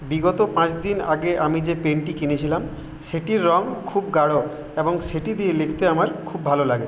বিগত পাঁচ দিন আগে আমি যে পেনটি কিনেছিলাম সেটির রঙ খুব গাঢ় এবং সেটি দিয়ে লিখতে আমার খুব ভালো লাগে